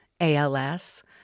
ALS